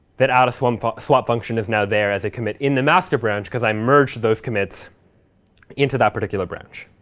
that out of swap swap function is now there as a commit in the master branch because i merged those commits into that particular branch.